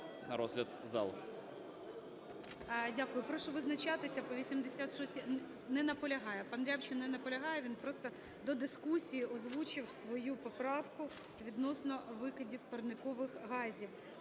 Дякую. Прошу визначатися по 86-й… Не наполягає. Пан Рябчин не наполягає, він просто до дискусії озвучив свою поправку відносно викидів парникових газів.